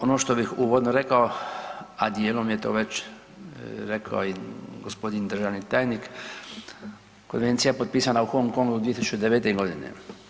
Ono što bih uvodno rekao, a dijelom je to već rekao i gospodin državni tajnik konvencija je potpisana u Hong Kongu 2009. godine.